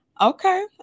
Okay